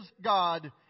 God